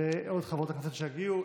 ולעוד חברות כנסת שיגיעו.